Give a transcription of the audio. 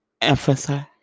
emphasize